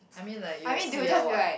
I mean like you have C_L what